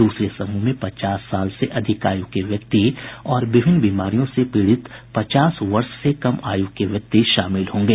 दूसरे समूह में पचास वर्ष से अधिक आयु के व्यक्ति और विभिन्न बीमारियों से पीड़ित पचास वर्ष से कम आयु के व्यक्ति शामिल होंगे